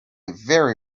very